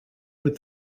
with